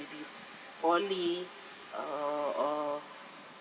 maybe poly err